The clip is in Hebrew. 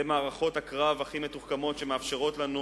אלה מערכות הקרב הכי מתוחכמות, שמאפשרות לנו